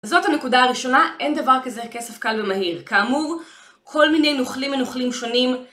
זאת הנקודה הראשונה, אין דבר כזה כסף קל ומהיר, כאמור, כל מיני נוכלים מנוכלים שונים